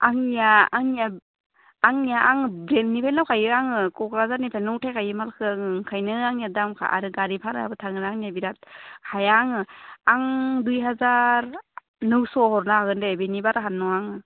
आंनिया आंनिया आंनिया आं बेन्दनिफ्राय दंखायो आङो क'क्राझारनिफ्रायनो उथायखायो मालखो आङो ओंखायनो आंनिया दामखा आरो गारि भारायाबो थाङोना आंनिया बिरात हाया आङो आं दुइ हाजार नौस' हरनो हागोन दे बिनि बारा हानाय नङा आङो